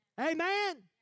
Amen